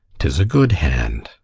tis a good hand,